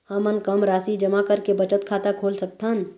हमन कम राशि जमा करके बचत खाता खोल सकथन?